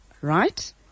right